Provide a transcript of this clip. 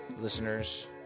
listeners